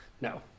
No